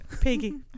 Piggy